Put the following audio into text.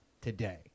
today